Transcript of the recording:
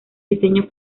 diseño